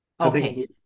okay